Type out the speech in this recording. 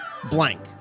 blank